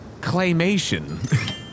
claymation